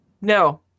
No